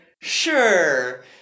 sure